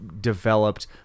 developed